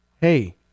hey